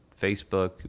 Facebook